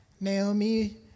Naomi